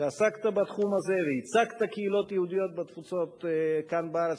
שעסקת בתחום הזה וייצגת קהילות יהודיות בתפוצות כאן בארץ,